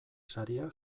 saria